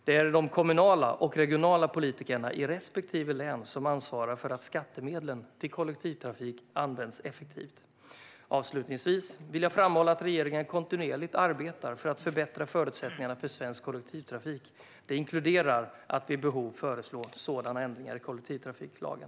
Det är de kommunala och regionala politikerna i respektive län som ansvarar för att skattemedlen till kollektivtrafik används effektivt. Avslutningsvis vill jag framhålla att regeringen kontinuerligt arbetar för att förbättra förutsättningarna för svensk kollektivtrafik. Det inkluderar att vid behov föreslå sådana ändringar i kollektivtrafiklagen.